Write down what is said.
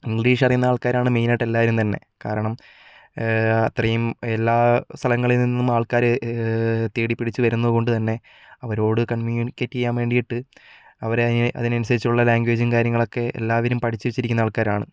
English അറിയുന്ന ആൾക്കാരാണ് main ആയിട്ട് എല്ലാവരും തന്നെ കാരണം അത്രയും എല്ലാ സ്ഥലങ്ങളിൽ നിന്നും ആൾക്കാർ തേടിപ്പിടിച്ച് വരുന്നതുകൊണ്ട് തന്നെ അവരോട് കമ്മ്യൂണിക്കേറ്റു ചെയ്യാൻ വേണ്ടിയിട്ട് അവരെ അതിനനുസരിച്ചുള്ള ലാംഗ്വേജും കാര്യങ്ങളും ഒക്കെ എല്ലാവരും പഠിച്ച് വച്ചിരിക്കുന്ന ആൾക്കാരാണ്